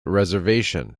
reservation